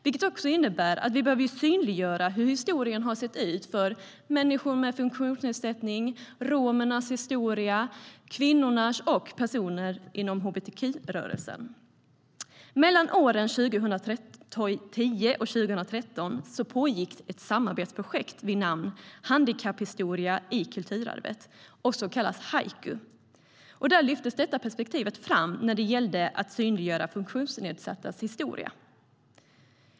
Det innebär att vi behöver synliggöra hur historien har sett ut för till exempel människor med funktionsnedsättning, romer, kvinnor och personer inom hbtq-rörelsen. Mellan åren 2010 och 2013 pågick ett samarbetsprojekt vid namn Handikapphistoria i kulturarvet, också kallat Haiku. Där lyftes detta perspektiv fram när det gällde att synliggöra funktionsnedsattas historia.